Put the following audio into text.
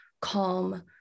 calm